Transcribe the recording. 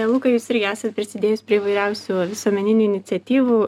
luka jūs irgi esat prisidėjus prie įvairiausių visuomeninių iniciatyvų